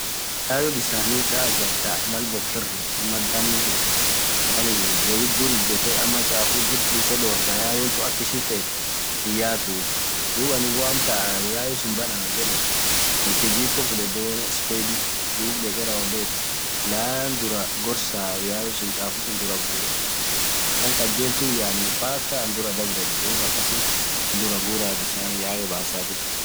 Yayo bisani saa aghar thaa Mal boken robb ama dhanin dhuff yaani woithi dhur ijethee ama chafuthi dhurchisee dhorgha yayo thun akishin fethu hii yathuu dhub anamtan woo yayo sunn bann anan yedhe kijiko fudhedhe (spade) dhekee rawodhethu laan dhuraa ghors yayo suun chafusun dhura ghuree bisan khaljelthum yaani mpka ann dhuraa dhab reeni dhub akasin dhura ghuraa bisan yayo basathiii